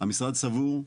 המשרד סבור,